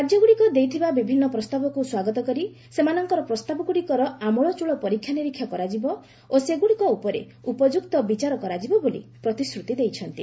ରାଜ୍ୟଗୁଡ଼ିକ ଦେଇଥିବା ବିଭିନ୍ନ ପ୍ରସ୍ତାବକୁ ସ୍ୱାଗତ କରି ସେମାନଙ୍କର ପ୍ରସ୍ତାବଗୁଡ଼ିକର ଆମ୍ବଳଚଳ ପରୀକ୍ଷାନିରୀକ୍ଷା କରାଯିବ ଓ ସେଗୁଡ଼ିକ ଉପରେ ଉପଯୁକ୍ତ ବିଚାର କରାଯିବ ବୋଲି ପ୍ରତିଶ୍ରତି ଦେଇଛନ୍ତି